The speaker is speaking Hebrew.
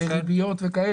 לריביות ודברים כאלה?